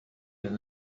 than